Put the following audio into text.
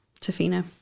Tofino